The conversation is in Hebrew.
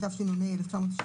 התשנ"ה 1995,